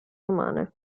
romane